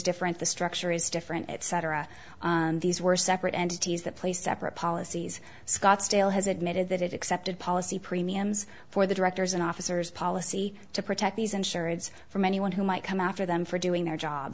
different the structure is different etc these were separate entities that placed separate policies scottsdale has admitted that it accepted policy premiums for the directors and officers policy to protect these insurers from anyone who might come after them for doing their job